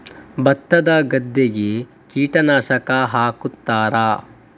ಭತ್ತದ ಗದ್ದೆಗೆ ಕೀಟನಾಶಕ ಹಾಕುತ್ತಾರಾ?